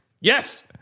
Yes